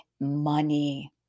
money